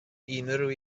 unrhyw